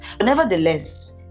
nevertheless